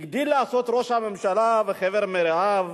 הגדילו לעשות ראש הממשלה וחבר מרעיו